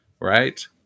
right